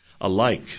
alike